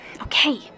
Okay